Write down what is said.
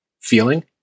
feeling